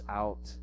out